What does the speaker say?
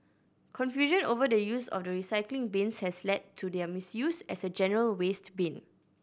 confusion over the use of the recycling bins has led to their misuse as a general waste bin